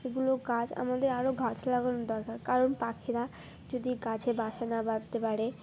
এগুলো গাছ আমাদের আরও গাছ লাগানোর দরকার কারণ পাখিরা যদি গাছে বাসা না বাঁধতে পারে